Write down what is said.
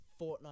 Fortnite